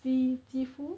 肌肌腹